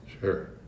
Sure